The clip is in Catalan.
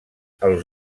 els